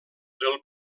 del